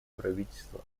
правительства